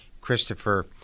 Christopher